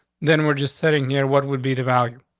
then we're just sitting here. what would be the value?